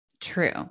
true